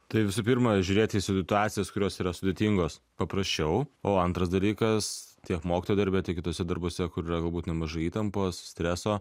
tai visų pirma žiūrėt į situacijas kurios yra sudėtingos paprasčiau o antras dalykas tiek mokytojo darbe tiek kituose darbuose kur yra galbūt nemažai įtampos streso